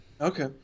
Okay